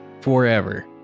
forever